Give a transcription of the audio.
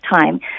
time